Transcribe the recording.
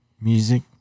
music